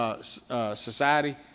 society